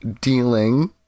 dealing